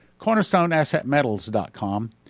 cornerstoneassetmetals.com